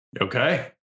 Okay